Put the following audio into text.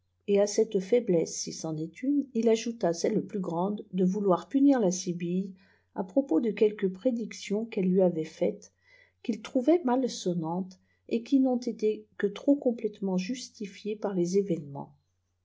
et à cette faiblesse si c'en est une il ajouta celle plus grande de vouloir punir la sibylle à propos de quelques prédictions qu'elle lui avait faites qu il trouvait mal sonnantes et qui n'ont été que trop complètement justifiées par les événements